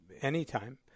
anytime